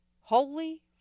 Holy